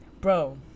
bro